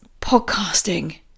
podcasting